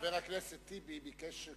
חבר הכנסת טיבי ביקש,